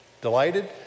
Delighted